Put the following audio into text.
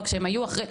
רק שהם היו אחרי.